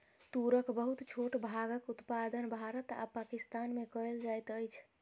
तूरक बहुत छोट भागक उत्पादन भारत आ पाकिस्तान में कएल जाइत अछि